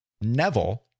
Neville